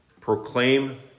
proclaim